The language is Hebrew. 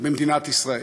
במדינת ישראל,